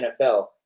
NFL